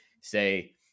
say